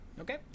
Okay